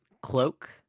cloak